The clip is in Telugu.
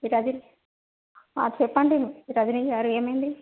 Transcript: చెప్పండి రజినీ గారు ఏమైంది